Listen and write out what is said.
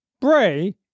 Bray